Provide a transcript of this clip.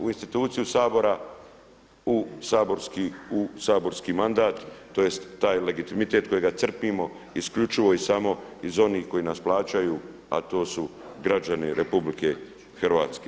U instituciju Sabora, u saborski mandat, tj. taj legitimitet kojega crpimo isključivo i samo iz onih koji nas plaćaju a to su građani RH.